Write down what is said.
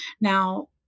now